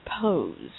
pose